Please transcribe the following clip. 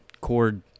Cord